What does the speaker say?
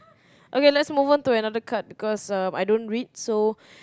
okay lets move on to another part because I don't read so